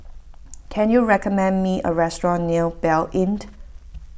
can you recommend me a restaurant near Blanc Inn